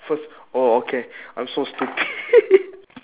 first oh okay I'm so stupid